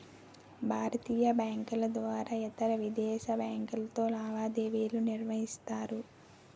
భారతీయ బ్యాంకుల ద్వారా ఇతరవిదేశీ బ్యాంకులతో లావాదేవీలు నిర్వహిస్తారు